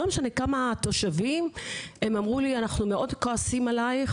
כמה תושבים אמרו לי: אנחנו מאוד כועסים עליך